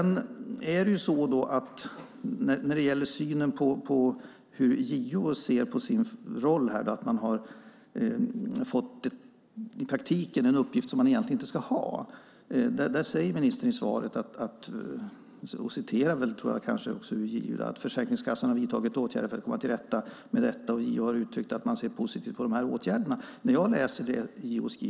När det gäller hur JO ser på att man har fått en uppgift som man egentligen inte ska ha säger ministern i svaret - och kanske citerar JO - att Försäkringskassan har vidtagit åtgärder för att komma till rätta med det och att JO har uttryckt att man ser positivt på de här åtgärderna.